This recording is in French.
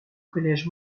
collège